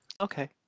Okay